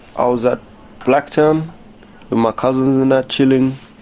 i was at blacktown with my cousins and and that, chilling,